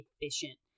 efficient